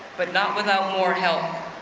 but not without more help.